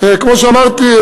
כמו שאמרתי,